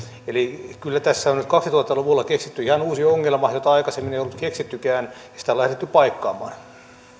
eli kyllä tässä on nyt kaksituhatta luvulla keksitty ihan uusi ongelma jota aikaisemmin ei ollut keksittykään ja sitä on lähdetty paikkaamaan